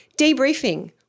debriefing